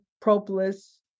propolis